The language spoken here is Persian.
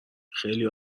خیلی